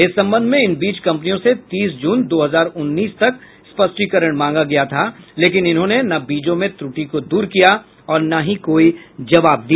इस संबंध में इन बीज कंपनियों से तीस जून दो हजार उन्नीस तक स्पष्टीकरण मांगा गया था लेकिन इन्होंने न बीजों में त्रुटि को दूर किया और न ही कोई जवाब दिया